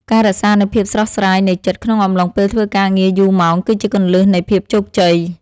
ការរក្សានូវភាពស្រស់ស្រាយនៃចិត្តក្នុងអំឡុងពេលធ្វើការងារយូរម៉ោងគឺជាគន្លឹះនៃភាពជោគជ័យ។